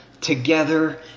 together